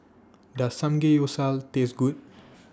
Does Samgeyopsal Taste Good